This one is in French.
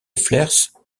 flers